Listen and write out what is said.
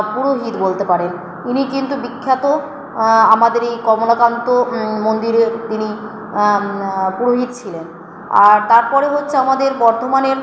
পুরোহিত বলতে পারেন ইনি কিন্তু বিখ্যাত আমাদের এই কমলাকান্ত মন্দিরে তিনি পুরোহিত ছিলেন আর তারপরে হচ্ছে আমাদের বর্ধমানের